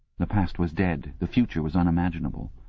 the past was dead, the future was unimaginable.